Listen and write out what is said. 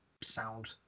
sound